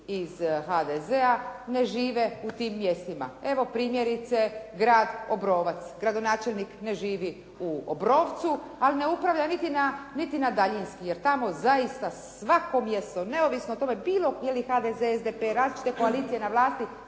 iz HDZ-a ne žive u tim mjestima. Evo primjerice grad Obrovac. Gradonačelnik ne živi u Obrovcu, ali ne upravlja niti na daljinski jer tamo zaista svako mjesto, neovisno o tome bilo SDP, HDZ, različite koalicije na vlasti,